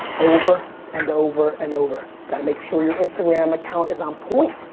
over and over and over. gotta make sure your instagram account is on point.